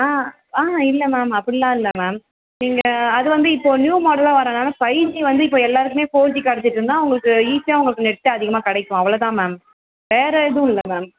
ஆ ஆஹான் இல்லை மேம் அப்படிலாம் இல்லை மேம் நீங்கள் அது வந்து இப்போது நியூ மாடலாக வர்றதுனால ஃபைவ் ஜி வந்து இப்போது எல்லோருக்குமே ஃபோர் ஜி கெடைச்சிட்ருந்தா உங்களுக்கு ஈஸியாக உங்களுக்கு நெட்டு அதிகமாக கிடைக்கும் அவ்வளோ தான் மேம் வேறு எதுவும் இல்லை மேம்